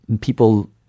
People